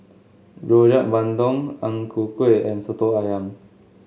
Rojak Bandung Ang Ku Kueh and Soto ayam